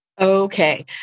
Okay